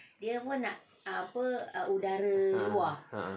ah ah